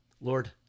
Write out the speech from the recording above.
Lord